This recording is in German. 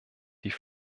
die